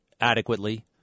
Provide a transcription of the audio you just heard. adequately